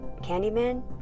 Candyman